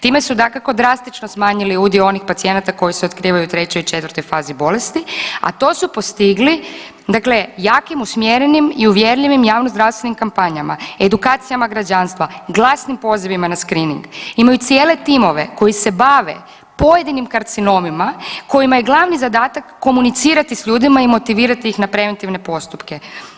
Time su dakako drastično smanjili udio onih pacijenata koji se otkrivaju u 3 i 4 fazi bolesti, a to su postigli dakle jakim, usmjerenim i uvjerljivim javnozdravstvenim kampanjama, edukacijama građanstva, glasnim pozivima na skrining, imaju cijele timove koji se bave pojedinim karcinomima kojima je glavni zadatak komunicirati s ljudima i motivirati ih na preventivne postupke.